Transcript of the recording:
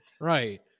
Right